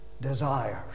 desires